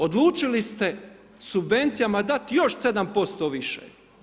Odlučili ste subvencijama dati još 7% više.